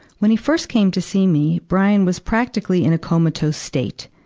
when he first came to see me, brian was practically in a comatose state.